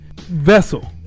vessel